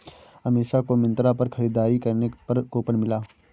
अमीषा को मिंत्रा पर खरीदारी करने पर कूपन मिला